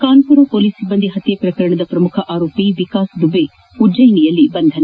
Kanpur police ಸಿಬ್ಲಂದಿ ಹತ್ಲೆ ಪ್ರಕರಣದ ಪ್ರಮುಖ ಆರೋಪಿ ವಿಕಾಸ್ ದುಬೆ ಉಜ್ಲೆನಿಯಲ್ಲಿ ಬಂಧನ